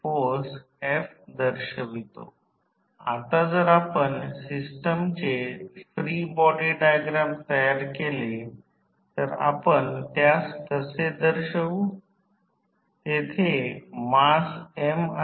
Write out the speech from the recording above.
तर A पासून C साठी हे A आहे आणि वाइंडिंग ची एकूण वाइंडिंग संख्या N1 आहे आणि B साठी C वाइंडिंग ची संख्या N2 आहे आणि विद्यमान वाहून A ते B I1 आहे आणि C ते B या दिशेने आहे I2 I1आणि हे प्रवाह I1आहे आणि हे व्होल्टेज V1 आहे आणि जे काही आहे त्याप्रमाणे व्होल्टेज V2 आहे